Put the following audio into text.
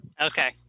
Okay